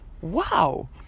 wow